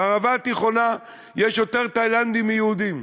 בערבה התיכונה יש יותר תאילנדים מיהודים.